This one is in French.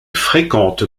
fréquente